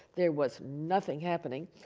there was nothing happening.